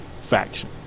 faction